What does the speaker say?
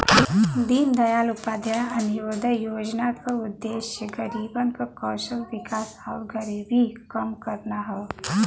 दीनदयाल उपाध्याय अंत्योदय योजना क उद्देश्य गरीबन क कौशल विकास आउर गरीबी कम करना हौ